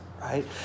right